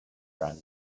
brand